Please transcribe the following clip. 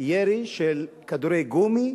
ירי של כדורי גומי,